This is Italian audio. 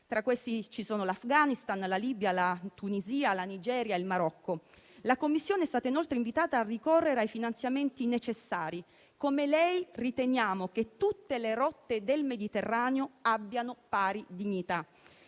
tra questi ci sono l'Afghanistan, la Libia, la Tunisia, la Nigeria, il Marocco. La Commissione è stata, inoltre, invitata a ricorrere ai finanziamenti necessari. Come lei, riteniamo che tutte le rotte del Mediterraneo abbiano pari dignità.